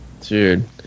dude